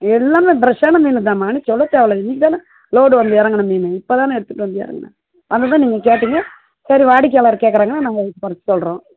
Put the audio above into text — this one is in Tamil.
எல்லாமே ஃப்ரெஷ்ஷான மீன் தாம்மா நீ சொல்ல தேவைல்ல இன்றைக்கி தானே லோடு வந்து இறங்குன மீன் இப்போ தானே எடுத்துட்டு வந்து இறங்குனேன் அதனால் தான் நீங்கள் கேட்டீங்க சரி வாடிக்கையாளர் கேட்கறாங்கனு நாங்கள் கொறைச்சி சொல்கிறோம்